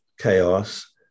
chaos